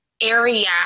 area